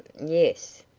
yes.